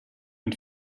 ein